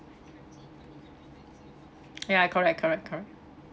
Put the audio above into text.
ya correct correct correct